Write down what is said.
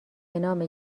نام